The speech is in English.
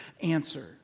answer